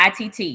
ITT